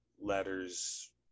letters